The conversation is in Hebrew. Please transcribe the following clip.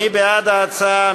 מי בעד ההצעה?